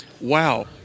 wow